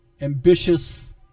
ambitious